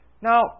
Now